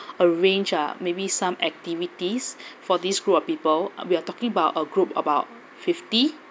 arrange ah maybe some activities for this group of people we are talking about a group of about fifty